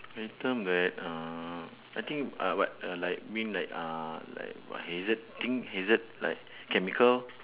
item that um I think uh what I like bring like uh like what hazard thing hazard like chemical